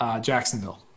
Jacksonville